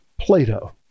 Plato